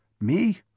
Me